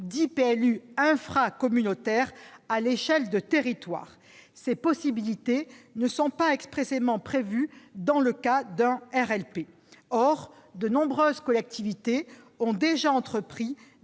dits « infracommunautaires » à l'échelle de territoires. Ces possibilités ne sont pas expressément prévues dans le cas des RLP. Or de nombreuses collectivités ont déjà entrepris